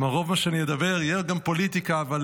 רוב מה שאני אגיד יהיה גם פוליטיקה, אבל